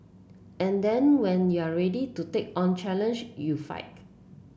and then when you're ready to take on challenge you